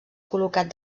col·locat